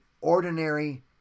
ordinary